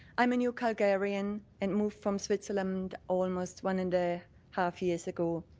i'm a new calgarian and moved from switzerland almost one and a half years ago.